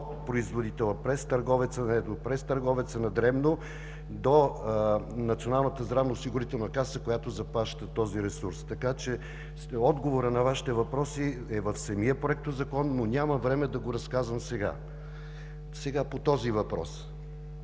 от производителя през търговеца на едро, през търговеца на дребно до Националната здравноосигурителна каса, която заплаща този ресурс. Отговорът на Вашите въпроси е в самия Проектозакон, но няма време да го разказвам сега. Сега по този въпрос